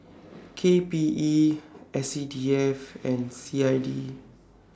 K P E S C D F and C I D